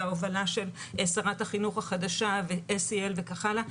וההובלה של שרת החינוך החדשה ו-SEL וכך הלאה,